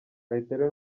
kayitare